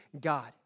God